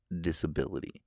disability